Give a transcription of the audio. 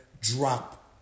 drop